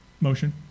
motion